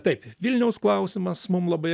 taip vilniaus klausimas mum labai